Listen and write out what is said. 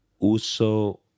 uso